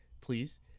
please